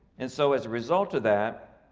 and so as a result of that,